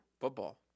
Football